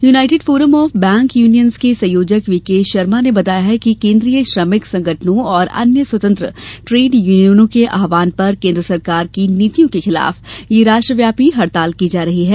United Forum of Bank Unions के संयोजक V K Sharma ने बताया कि केंद्रीय श्रमिक संगठनों और अन्य स्वतंत्र ट्रेड यूनियनों के आह्वान पर केंद्र सरकार की नीतियों के खिलाफ ये राष्ट्रव्यापी हड़ताल की जा रही है